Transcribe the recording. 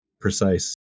precise